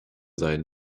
sein